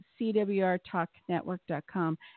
cwrtalknetwork.com